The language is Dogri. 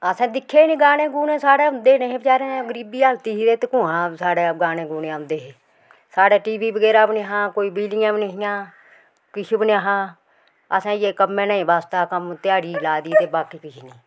असें दिक्खे नी गाने गुने साढ़ै होंदे निहे बेचारे गरीबी हालत ही ते एत्त कुत्थै साढ़े गाने गुने औंदे हे साढ़ै टी वी बगैरा बी नेहां कोई बिजलियां बी नेईं हियां किश बी नेहां असें इ'यै कम्मै ने गै बास्ता कम्म ध्याड़ी लाई दी ते बाकी किश नी